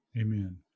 Amen